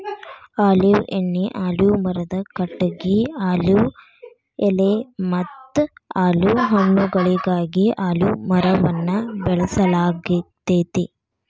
olive ಎಣ್ಣಿ, olive ಮರದ ಕಟಗಿ, ಆಲಿವ್ ಎಲೆಮತ್ತ ಆಲಿವ್ ಹಣ್ಣುಗಳಿಗಾಗಿ ಅಲಿವ್ ಮರವನ್ನ ಬೆಳಸಲಾಗ್ತೇತಿ